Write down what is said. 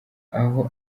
aho